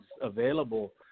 available